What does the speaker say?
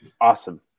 Awesome